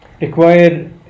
require